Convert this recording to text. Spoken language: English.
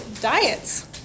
diets